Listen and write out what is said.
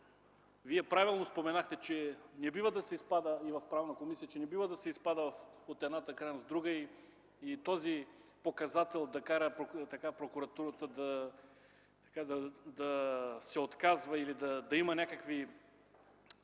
Вие правилно споменахте и в Правната комисия, че не бива да се изпада от едната крайност в другата и този показател да кара прокуратурата да се отказва или да има някакви